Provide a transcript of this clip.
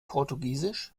portugiesisch